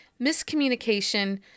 miscommunication